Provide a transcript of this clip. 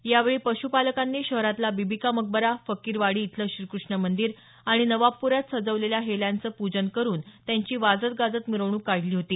यावेळी पश्रपालकांनी शहरातला बिबी का मकबरा फकीरवाडी इथलं श्रीकृष्ण मंदीर आणि नवाबप्रऱ्यात सजवलेल्या हेल्याचं पूजन करुन त्यांची वाजत गाजत मिरवणूक काढली होती